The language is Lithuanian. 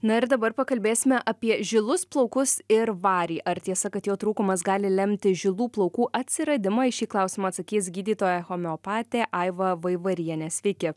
na ir dabar pakalbėsime apie žilus plaukus ir varį ar tiesa kad jo trūkumas gali lemti žilų plaukų atsiradimą į šį klausimą atsakys gydytoja homeopatė aiva vaivarienė sveiki